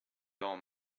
old